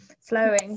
flowing